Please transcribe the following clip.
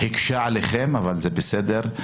הקשה עליכם אבל זה בסדר.